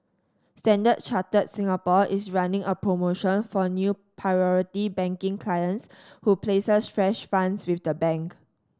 Standard Chartered Singapore is running a promotion for new Priority Banking clients who places fresh funds with the bank